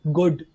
good